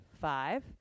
Five